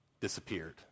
disappeared